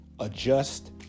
adjust